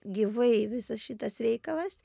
gyvai visas šitas reikalas